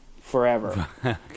forever